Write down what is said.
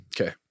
Okay